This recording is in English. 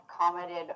commented